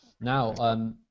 Now